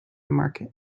market